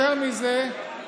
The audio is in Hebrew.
יותר מזה,